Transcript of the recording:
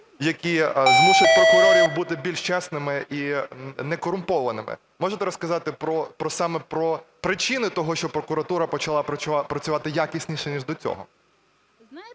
які змушують прокурорів бути більш чесними і некорумпованими? Можете розказати саме про причини того, що прокуратура почала працювати якісніше ніж до цього?